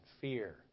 fear